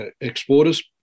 exporters